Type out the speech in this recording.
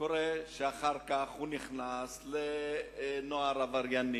קורה שאחר כך הוא מידרדר לחברת נוער עברייני